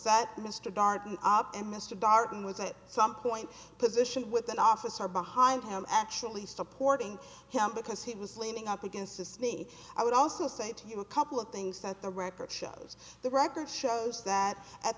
and mr darden was at some point position with an officer behind him actually supporting him because he was leaning up against his knee i would also say to you a couple of things that the record shows the record shows that at